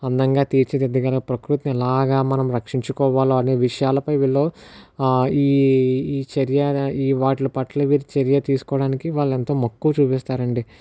అందంగా తీర్చి దిద్దగల ప్రకృతిని ఎలాగ మనం రక్షించుకోవాలో అనే విషయాలపై వీళ్ళు ఈ చర్య వాట్లిపట్ల వీరు చర్య తీసుకోవడానికి వాళ్ళు ఎంతో మక్కువ చూపిస్తారు అండి